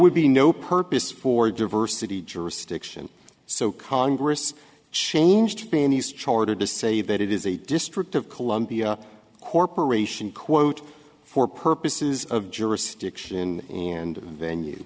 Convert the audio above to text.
would be no purpose for diversity jurisdiction so congress changed beanies charter to say that it is a district of columbia corporation quote for purposes of jurisdiction and venue